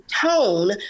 tone